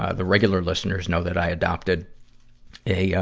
ah the regular listeners know that i adopted a, ah,